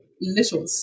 little